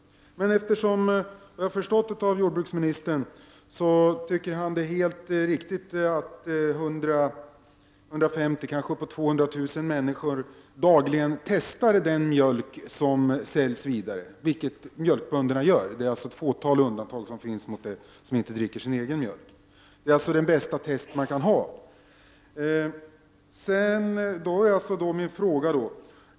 Såvitt jag förstått av vad jordbruksministern sagt tycker han att det är bra att 150 000 eller kanske upp till 200 000 människor dagligen testar den mjölk som säljs vidare. Det är ett fåtal av mjölkbönderna som inte dricker sin egen mjölk. Det är den bästa test som vi kan få.